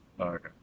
Okay